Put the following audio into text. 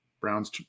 Browns